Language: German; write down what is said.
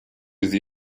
sie